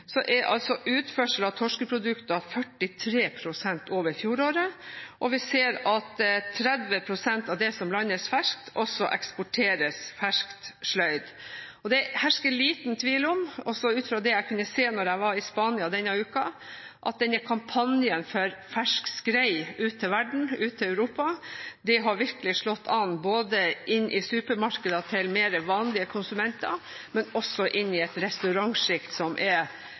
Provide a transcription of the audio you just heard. av torskeprodukter 43 pst. over fjoråret, og vi ser at 30 pst. av det som landes ferskt, også eksporteres ferskt sløyd. Det hersker liten tvil om – også ut fra det jeg kunne se da jeg var i Spania denne uken – at kampanjen for fersk skrei ut til verden, ut til Europa, virkelig har slått an, både inn i supermarkeder, inn til mer vanlige konsumenter og inn i et restaurantsjikt, som er